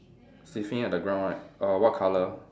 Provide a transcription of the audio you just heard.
sniffing at the ground right err what colour